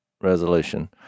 resolution